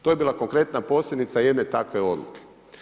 To je bila konkretna posljedica jedne takve odluke.